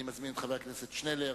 אני מזמין את חבר הכנסת שנלר.